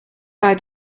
bei